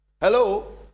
hello